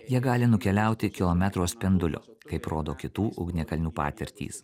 jie gali nukeliauti kilometro spinduliu kaip rodo kitų ugnikalnių patirtys